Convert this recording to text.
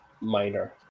minor